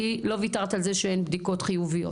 כי לא וויתרת על זה שאין בדיקות חיוביות.